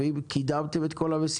אם קידמתם את כל המשימות,